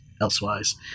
elsewise